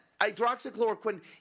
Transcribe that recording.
hydroxychloroquine